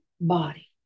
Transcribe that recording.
body